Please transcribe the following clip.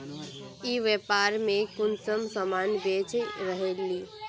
ई व्यापार में कुंसम सामान बेच रहली?